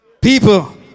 People